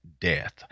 death